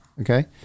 Okay